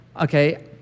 okay